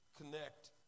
connect